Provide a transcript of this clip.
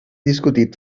discutit